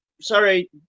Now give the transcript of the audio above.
Sorry